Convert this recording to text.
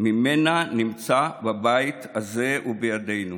ממנה נמצא בבית הזה ובידינו.